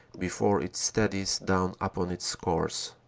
before it steadies down upon its course.